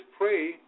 pray